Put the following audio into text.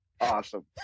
Awesome